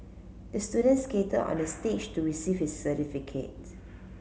the student skated onto the stage to receive his certificate